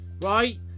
right